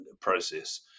process